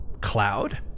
cloud